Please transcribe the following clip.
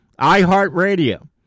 iHeartRadio